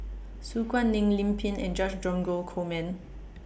Su Guaning Lim Pin and George Dromgold Coleman